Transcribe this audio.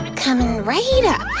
and coming right up,